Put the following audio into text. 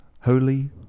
holy